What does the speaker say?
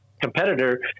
competitor